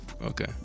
Okay